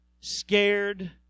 scared